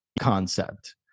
concept